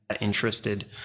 interested